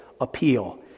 appeal